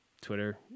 Twitter